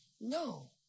No